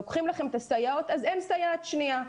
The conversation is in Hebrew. לוקחים לכם את הסייעות, אז אין סייעת שנייה.